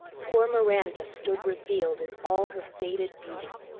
poor miranda stood revealed in all her faded beauty.